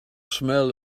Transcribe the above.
smell